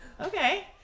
Okay